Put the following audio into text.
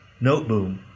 Noteboom